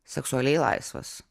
seksualiai laisvas